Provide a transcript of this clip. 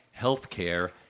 Healthcare